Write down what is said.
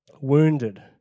wounded